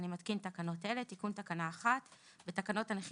אני מתקין תקנות אלה: תיקון תקנה 11. בתקנות הנכים